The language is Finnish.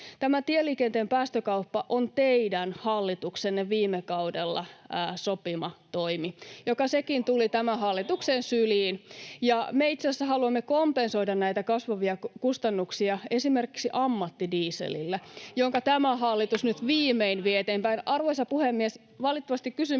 tieliikenteen päästökauppa on teidän hallituksenne viime kaudella sopima toimi, joka sekin tuli tämän hallituksen syliin. Me itse asiassa haluamme kompensoida näitä kasvavia kustannuksia esimerkiksi ammattidieselillä, [Välihuutoja — Puhemies koputtaa] jonka tämä hallitus nyt viimein vie eteenpäin. — Arvoisa puhemies, valitettavasti kysymyksiä